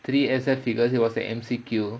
three S_F figures it was a M_C_Q